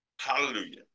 hallelujah